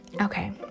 okay